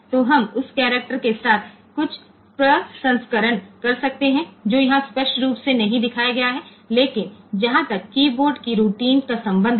तो हम उस करैक्टर के साथ कुछ प्रसंस्करण कर सकते हैं जो यहां स्पष्ट रूप से नहीं दिखाया गया है लेकिन जहां तक कीबोर्ड की रूटीन का संबंध है